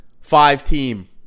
Five-team